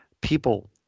people